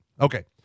Okay